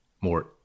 more